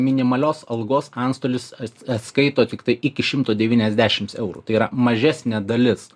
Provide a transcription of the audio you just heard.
minimalios algos antstolis at atskaito tiktai iki šimto devyniasdešims eurų tai yra mažesnė dalis